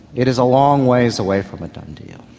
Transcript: it is a long ways away from a done deal,